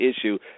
issue